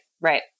right